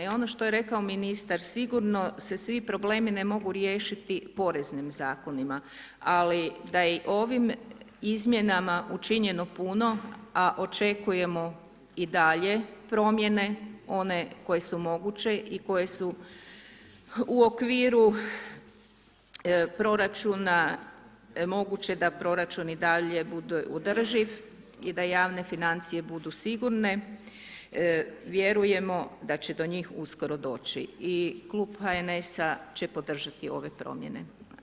I ono što je rekao ministar, sigurno se svi problemi ne mogu riješiti poreznim zakonima, ali da i ovim izmjenama učinjeno puno, a očekujemo i dalje promjene, one koje su moguće i koje su u okviru proračuna moguće da proračun i dalje bude održiv i da javne financije budu sigurne, vjerujemo da će do njih uskoro doći i Klub HNS će podržati ove promjene.